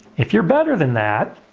if you're better than that,